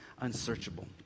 unsearchable